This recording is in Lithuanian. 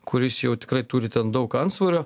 kuris jau tikrai turi ten daug antsvorio